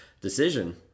decision